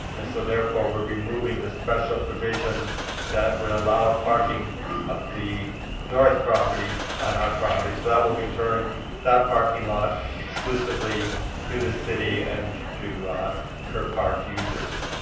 and so therefore we're removing this special provision that would allow parking of the north property on our property. so that will return that parking lot exclusively to the city and to ker park users.